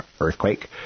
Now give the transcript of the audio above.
earthquake